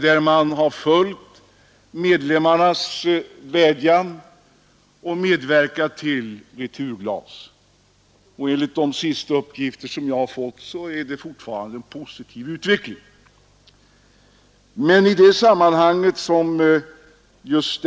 Föreningen har ju följt medlemmarnas vädjan att verka för användning av returglas, och enligt de senaste uppgifter jag fått är utvecklingen fortfarande positiv.